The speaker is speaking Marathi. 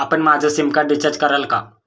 आपण माझं सिमकार्ड रिचार्ज कराल का?